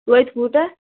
توتہِ کوٗتاہ